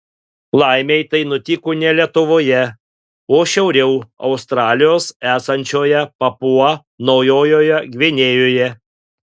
laimei tai nutiko ne lietuvoje o šiauriau australijos esančioje papua naujojoje gvinėjoje